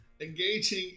engaging